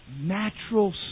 natural